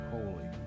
Holy